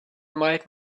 might